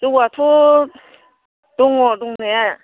जौआथ' दङ दंनाया